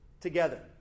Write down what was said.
Together